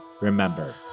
remember